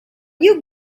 you